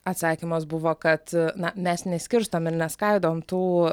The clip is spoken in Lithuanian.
atsakymas buvo kad na mes neskirstom ir neskaidom tų